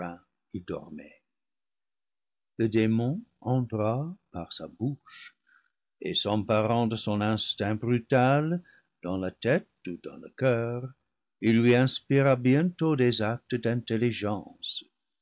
il dormait le démon entra par sa bouche et s'emparant de son instinct brutal dans la tête ou dans le coeur il lui inspira bientôt des actes d'intelligence